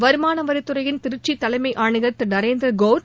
வருமானவரித் துறையின் திருச்சி தலைமை ஆணையர் திரு நரேந்திர கௌர்